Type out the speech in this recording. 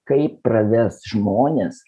kaip pravest žmones